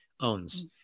owns